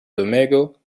domego